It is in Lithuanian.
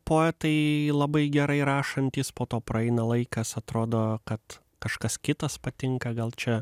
poetai labai gerai rašantys po to praeina laikas atrodo kad kažkas kitas patinka gal čia